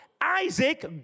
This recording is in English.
Isaac